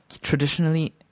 traditionally